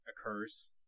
occurs